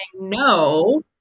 no